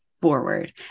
Forward